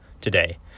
today